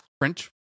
French